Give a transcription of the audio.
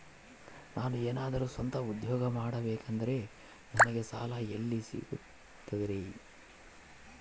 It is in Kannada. ನಾನು ಏನಾದರೂ ಸ್ವಂತ ಉದ್ಯೋಗ ಮಾಡಬೇಕಂದರೆ ನನಗ ಸಾಲ ಎಲ್ಲಿ ಸಿಗ್ತದರಿ?